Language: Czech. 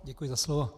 Děkuji za slovo.